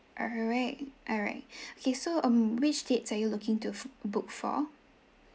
alright alright okay so um which dates are you looking to book for